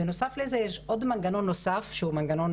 בנוסף לזה יש עוד מנגנון נוסף שהוא מנגנון